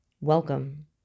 Welcome